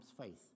faith